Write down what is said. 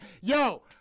Yo